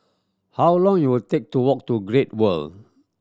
how long you will take to walk to Great World